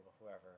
whoever